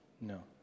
No